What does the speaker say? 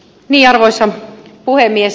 arvoisa puhemies